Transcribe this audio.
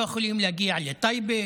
לא יכולים להגיע לטייבה,